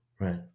Right